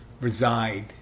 reside